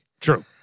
True